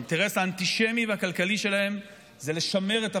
האינטרס האנטישמי והכלכלי שלהם זה לשמר את הפליטות,